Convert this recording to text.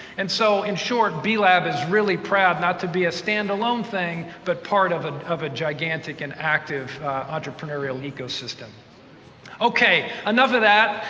and so in short b lab is really proud not to be a stand alone thing but part of ah of a gigantic and active entrepreneurial ecosystem ok, enough of that.